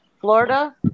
Florida